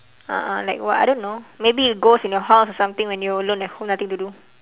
uh like what I don't know maybe ghost in your house or something when you alone at home nothing to do